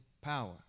power